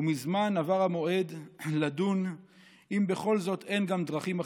ומזמן עבר המועד לדון אם בכל זאת אין גם דרכים אחרות,